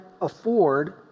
afford